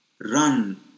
run